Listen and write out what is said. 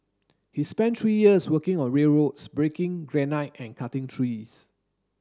he spent three years working on railroads breaking granite and cutting trees